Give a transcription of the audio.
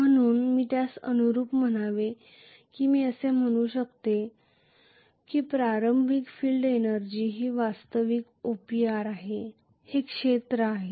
म्हणून मी त्यास अनुरूप म्हणावे किंवा मी असे म्हणू शकतो की प्रारंभिक फील्ड एनर्जी ही वास्तविक OPR आहे हे क्षेत्र आहे